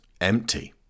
empty